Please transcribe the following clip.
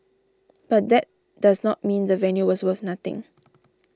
but that does not mean the venue was worth nothing